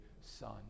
son